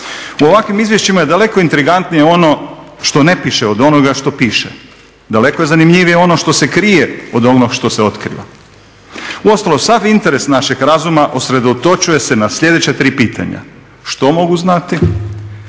U ovakvim izvješćima je daleko intrigantnije ono što ne piše od onoga što piše, daleko je zanimljivije ono što se krije od onog što se otkriva. Uostalom, sav interes našeg razuma usredotočuje se na sljedeća tri pitanja što mogu znati,